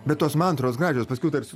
bet tos mantros gražios paskiau tarsi